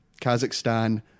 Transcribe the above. Kazakhstan